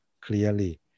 clearly